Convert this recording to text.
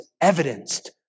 evidenced